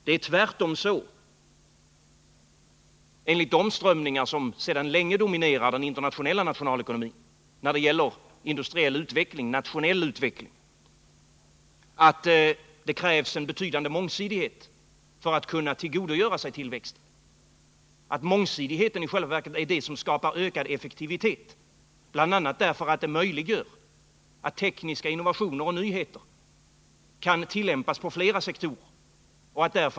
Det är tvärtom så, enligt de strömningar som sedan länge dominerar den internationella nationalekonomin, att det när det gäller industriell och nationell utveckling krävs en betydande mångsidighet för att kunna tillgodogöra sig tillväxten. Mångsidigheten är i själva verket den faktor som skapar ökad effektivitet, bl.a. för att den möjliggör en tillämpning av tekniska innovationer och nyheter på fler sektorer.